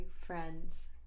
friends